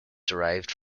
derived